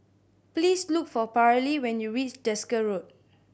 please look for Paralee when you reach Desker Road